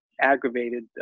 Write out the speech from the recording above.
aggravated